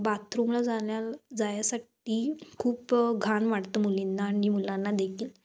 बाथरूमला जाण्या जाण्यासाठी खूप घाण वाटतं मुलींना आणि मुलांना देेखील